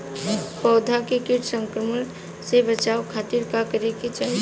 पौधा के कीट संक्रमण से बचावे खातिर का करे के चाहीं?